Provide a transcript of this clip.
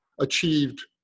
achieved